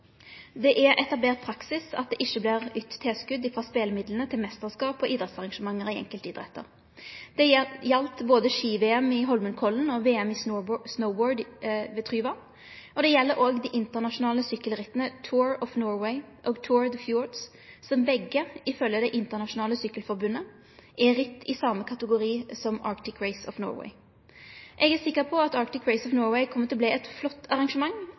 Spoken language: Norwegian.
Det er etablert praksis at det ikkje vert ytt tilskot frå spelemidlane til meisterskap og idrettsarrangement i enkeltidretter. Det gjaldt både Ski-VM i Homenkollen og VM i snowboard ved Tryvann, og det gjeld òg dei internasjonale sykkelritta Tour of Norway og Tour de Fjords, som begge, ifølgje Det internasjonale sykkelforbundet, er ritt i same kategorien som Arctic Race of Norway. Eg er sikker på at Arctic Race of Norway kjem til å verte eit flott